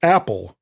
Apple